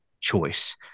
choice